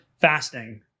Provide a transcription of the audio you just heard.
fasting